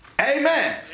Amen